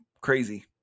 crazy